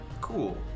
Cool